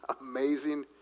Amazing